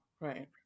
right